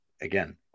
again